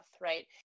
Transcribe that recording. right